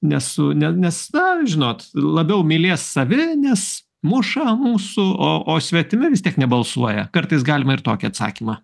nesu ne nes na žinot labiau mylėti savi nes muša mūsų o o svetimi vis tiek nebalsuoja kartais galima ir tokį atsakymą